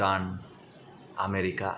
Bhutan America